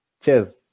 Cheers